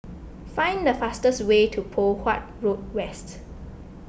find the fastest way to Poh Huat Road West